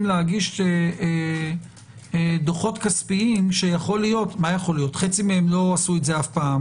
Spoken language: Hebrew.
להגיש דוחות כספיים שחצי מהם לא עשו את זה מעולם,